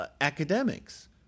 academics